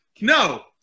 No